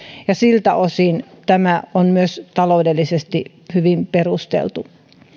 siltä osin tämä on myös taloudellisesti hyvin perusteltu